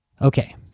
Okay